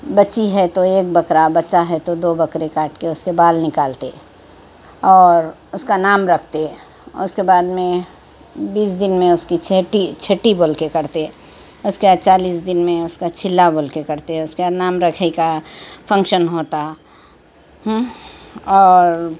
بچی ہے تو ایک بکرہ بچہ ہے تو دو بکرے کاٹ کے اس کے بال نکالتے اور اس کا نام رکھتے اس کے بعد میں بیس دن میں اس کی چھٹی چھٹی بول کے کرتے اس کے بعد چالیس دن میں اس کا چلّہ بول کے کرتے اس کے بعد نام رکھائی کا فنکشن ہوتا اور